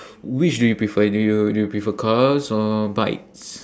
which do you prefer do you do you prefer cars or bikes